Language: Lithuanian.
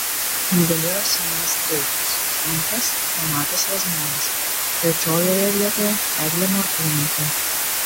nugalėjo simonas streikus antras donatas vaznonis trečiojoje vietoje eglė morkūnaitė